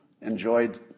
enjoyed